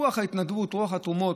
רוח ההתנדבות, רוח התרומות,